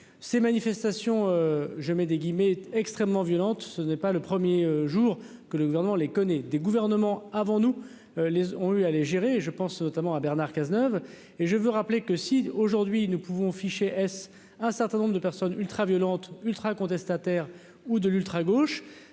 ces manifestations, je mets des guillemets extrêmement violente, ce n'est pas le premier jour que le gouvernement les connaît des gouvernements avant nous les ont eu à les gérer, je pense notamment à Bernard Cazeneuve et je veux rappeler que si aujourd'hui nous pouvons fiché S, un certain nombre de personnes ultraviolentes ultra contestataire ou de l'ultra gauche